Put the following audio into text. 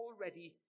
already